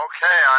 Okay